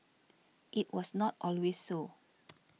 it was not always so